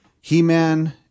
He-Man